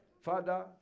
Father